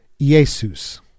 Jesus